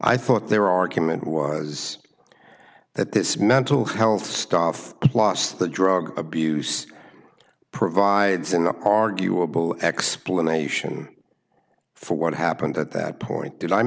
i thought their argument was that this mental health stuff plus the drug abuse provides an arguable explanation for what happened at that point